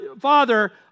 Father